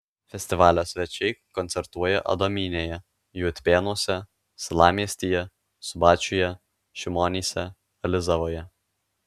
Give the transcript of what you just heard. festivalio svečiai koncertuoja adomynėje juodpėnuose salamiestyje subačiuje šimonyse alizavoje